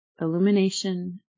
illumination